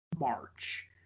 March